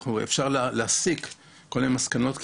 אפשר להסיק כל מיני מסקנות.